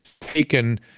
taken